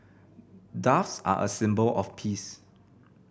doves are a symbol of peace